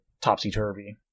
topsy-turvy